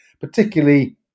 particularly